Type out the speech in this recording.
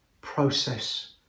process